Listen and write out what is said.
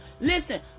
listen